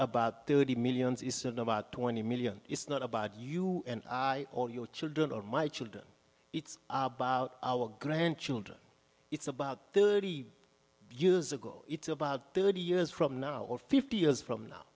about thirty millions isn't about twenty million it's not about you or your children or my children it's about our grandchildren it's about thirty years ago it's about thirty years from now or fifty years from now